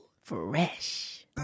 Fresh